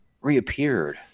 reappeared